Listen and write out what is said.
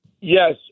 yes